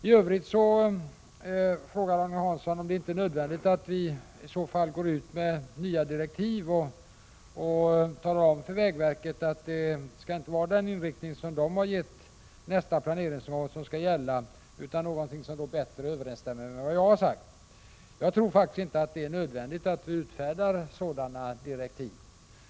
I övrigt frågar Agne Hansson om det inte är nödvändigt att vi går ut med nya direktiv och talar om för vägverket att den planeringsram som man där har angett inte skall gälla utan någonting som bättre överensstämmer med vad jag har sagt. Jag tror faktiskt inte att det är nödvändigt att utfärda sådana direktiv.